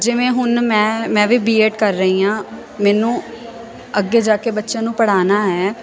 ਜਿਵੇਂ ਹੁਣ ਮੈਂ ਮੈਂ ਵੀ ਬੀਐਡ ਕਰ ਰਹੀ ਹਾਂ ਮੈਨੂੰ ਅੱਗੇ ਜਾ ਕੇ ਬੱਚਿਆਂ ਨੂੰ ਪੜ੍ਹਾਉਣਾ ਹੈ